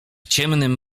ciemnym